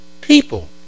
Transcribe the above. people